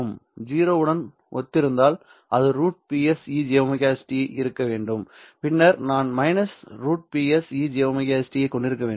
0 உடன் சரியாக ஒத்திருந்தால் எனக்கு √Ps e jωs t இருக்க வேண்டும் பின்னர் நான் -√Ps e jωs t ஐ கொண்டிருக்க வேண்டும்